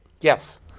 Yes